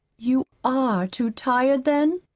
you are too tired, then?